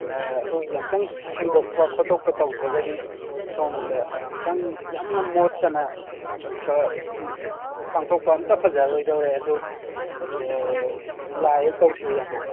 ꯑꯩꯈꯣꯏꯒꯤ ꯑꯝꯇꯪ ꯁꯦꯡꯗꯣꯛꯄ ꯈꯣꯇꯣꯛꯄ ꯇꯧꯗ꯭ꯔꯒꯗꯤ ꯁꯣꯝꯗ ꯑꯝꯇꯪ ꯌꯥꯝꯅ ꯃꯣꯠꯇꯅ ꯏꯠꯀ ꯄꯥꯡꯊꯣꯛꯄ ꯑꯝꯇ ꯐꯖꯔꯣꯏꯗꯧꯔꯦ ꯑꯗꯨ ꯌꯥꯏꯌꯦ ꯇꯧꯁꯦ ꯌꯥꯝꯕꯨꯡ